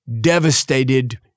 devastated